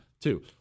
Two